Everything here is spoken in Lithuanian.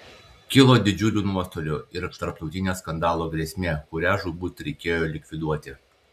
kilo didžiulių nuostolių ir tarptautinio skandalo grėsmė kurią žūtbūt reikėjo likviduoti